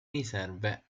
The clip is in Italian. riserve